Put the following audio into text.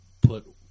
put